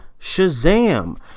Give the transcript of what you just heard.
Shazam